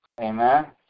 amen